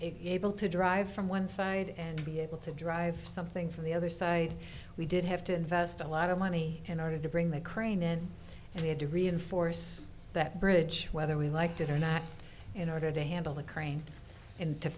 able to drive from one side and be able to drive something from the other side we did have to invest a lot of money in order to bring the crane in and we had to reinforce that bridge whether we liked it or not in order to handle the crane in to